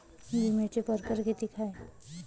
बिम्याचे परकार कितीक हाय?